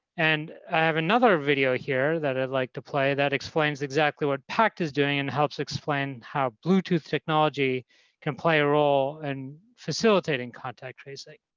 and i have another video here that i'd like to play that explains exactly what pact is doing and helps explain how bluetooth technology can play a role in and facilitating contact tracing.